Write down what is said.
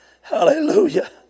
Hallelujah